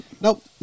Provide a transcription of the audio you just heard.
nope